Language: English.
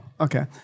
okay